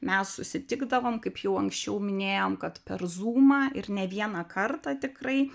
mes susitikdavom kaip jau anksčiau minėjom kad per zūmą ir ne vieną kartą tikrai